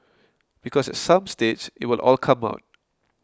because some stage it will all come out